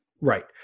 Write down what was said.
right